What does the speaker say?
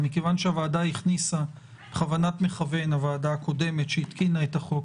ומכיוון שהוועדה הכניסה בכוונת מכוון הוועדה הקודמת שהתקינה את החוק